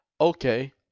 Okay